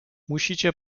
musicie